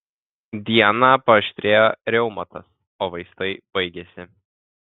dieną paaštrėjo reumatas o vaistai baigėsi